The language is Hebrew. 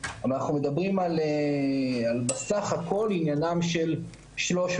אבל אנחנו מדברים על בסך הכול עניינן של 400